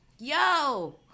Yo